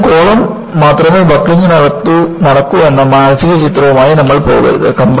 അതിനാൽ കോളം മാത്രം ബക്ക്ലിംഗ് നടക്കൂ എന്ന മാനസിക ചിത്രവുമായി നമ്മൾ പോകരുത്